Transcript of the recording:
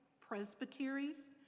Presbyteries